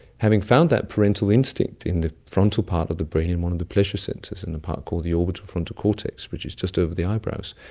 having found that parental instinct in the frontal part of the brain, in one of the so sensors in the part called the orbital frontal cortex, which is just over the eyebrows,